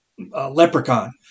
leprechaun